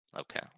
Okay